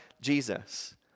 Jesus